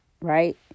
right